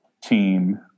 team